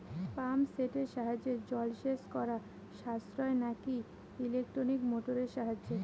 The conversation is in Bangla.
পাম্প সেটের সাহায্যে জলসেচ করা সাশ্রয় নাকি ইলেকট্রনিক মোটরের সাহায্যে?